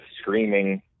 screaming